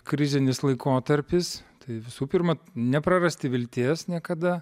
krizinis laikotarpis tai visų pirma neprarasti vilties niekada